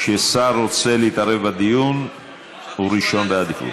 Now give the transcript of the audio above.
כששר רוצה להתערב בדיון הוא ראשון בעדיפות.